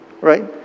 Right